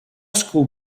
school